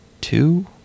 two